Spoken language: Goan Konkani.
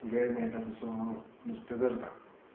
वेळ मेळटा तसो हांव नुस्तें धरतां